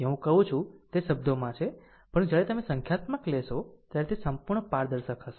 તે હું કહું છું તે શબ્દોમાં છે પરંતુ જ્યારે તમે સંખ્યાત્મક લેશો ત્યારે તે સંપૂર્ણ પારદર્શક હશે